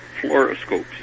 fluoroscopes